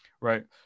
right